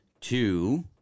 two